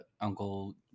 Uncle